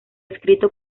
escrito